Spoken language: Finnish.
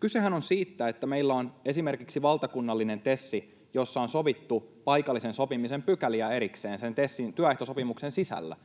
Kysehän on siitä, että kun meillä on esimerkiksi valtakunnallinen TES, jossa on sovittu paikallisen sopimisen pykäliä erikseen sen TESin työehtosopimuksen sisällä,